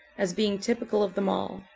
as being typical of them all.